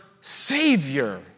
savior